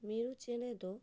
ᱢᱤᱨᱩ ᱪᱮᱬᱮ ᱫᱚ